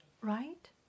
right